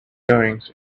goings